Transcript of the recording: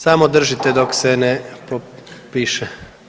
Samo držite dok se ne popiše.